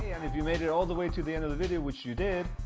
and if you made it all the way to the end of the video, which you did,